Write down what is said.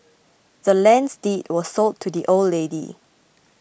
the land's deed was sold to the old lady